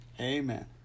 amen